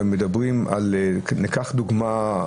ניקח דוגמה,